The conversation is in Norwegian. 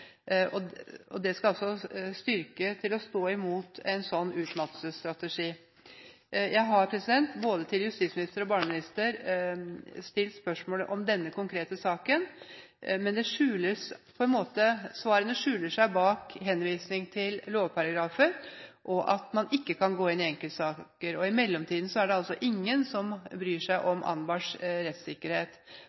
Det skal styrke til å stå imot en slik utmattelsesstrategi. Jeg har – både til justisministeren og til barneministeren – stilt spørsmål om denne konkrete saken, men svarene skjules bak en henvisning til lovparagrafer, og at man ikke kan gå inn i enkeltsaker. I mellomtiden er det altså ingen som bryr seg om Anbars rettssikkerhet.